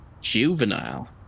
juvenile